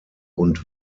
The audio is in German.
und